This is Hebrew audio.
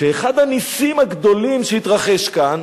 שאחד הנסים הגדולים שהתרחשו כאן